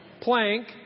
Plank